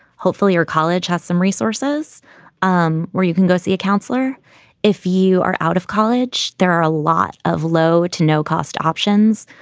hopefully your college has some resources um where you can go see a counselor if you are out of college. there are a lot of low to no cost options.